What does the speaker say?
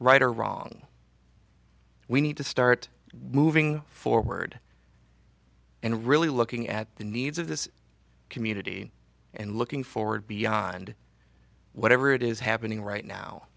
right or wrong we need to start moving forward and really looking at the needs of this community and looking forward beyond whatever it is happening right now